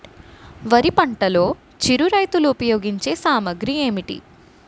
వరి పంటలో చిరు రైతులు ఉపయోగించే సామాగ్రి ఏంటి?